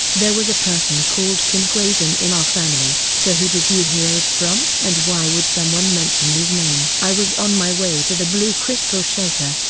there was a person called qin huaizhen in our family so who did you hear it from? and why would someone mention his name? i was on my way to the blue crystal shelter,